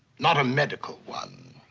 not a medical one.